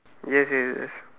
yes yes yes